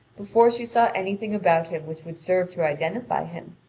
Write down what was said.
before she saw anything about him which would serve to identify him.